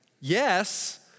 Yes